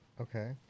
Okay